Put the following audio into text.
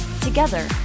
Together